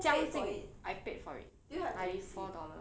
较劲 I paid for it ninety four dollar